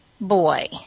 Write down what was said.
boy